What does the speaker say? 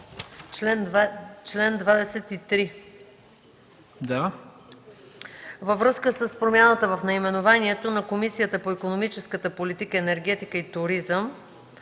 чл. 23 – във връзка с промяната на наименованието на Комисията по икономическата политика, енергетика и туризъм,